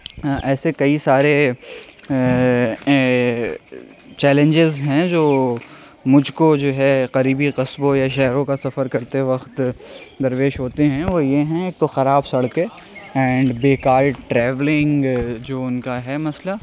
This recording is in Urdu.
ایسے کئی سارے چیلنجز ہیں جو مجھ کو جو ہے قریبی قصبوں یا شہروں کا سفر کرتے وقت درپیش ہوتے ہیں وہ یہ ہیں ایک تو خراب سڑکیں اینڈ بیکار ٹریولنگ جو ان کا ہے مسئلہ